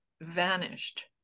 vanished